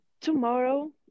tomorrow